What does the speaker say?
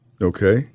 Okay